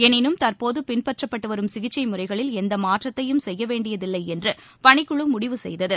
எனினும் தற்போது பின்பற்றப்பட்டு வரும் சிகிச்சை முறைகளில் எந்த மாற்றத்தையும் செய்ய வேண்டியதில்லை என்று பணிக்குழு முடிவு செய்தது